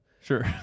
sure